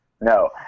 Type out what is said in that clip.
no